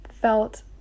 felt